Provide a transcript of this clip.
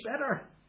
better